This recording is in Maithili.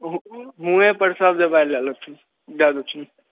हुए पर सभ दबाइ लए लेथिन दए देथिन